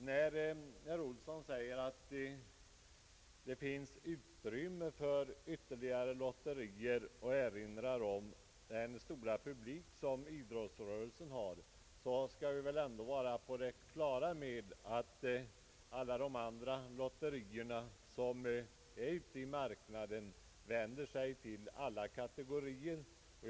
När herr Olsson säger att det finns utrymme för ytterligare lotterier och erinrar om den stora publik, som idrottsrörelsen har, vill jag framhålla att vi ändå bör vara på det klara med att alla de andra lotterierna på marknaden vänder sig till alla kategorier.